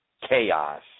chaos